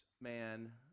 man